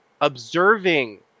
observing